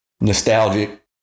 nostalgic